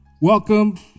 Welcome